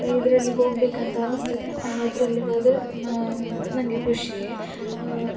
ಇದರಲ್ಲಿ ಹೋಗಬೇಕಂತ ಅನ್ನಿಸ್ತದೆ ಅವ್ನು ಅದರಲ್ಲಿ ಹೋದರೆ ನನಗೆ ಖುಷಿಯೇ